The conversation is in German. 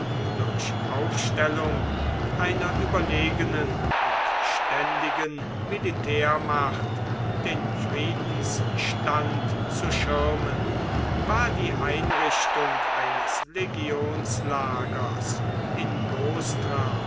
durch aufstellung einer überlegenen und ständigen militärmacht den friedensstand zu schirmen war die einrichtung eines legionslagers in